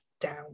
down